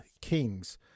kings